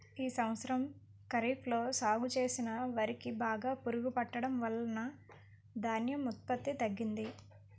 ఈ సంవత్సరం ఖరీఫ్ లో సాగు చేసిన వరి కి బాగా పురుగు పట్టడం వలన ధాన్యం ఉత్పత్తి తగ్గింది